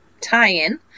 tie-in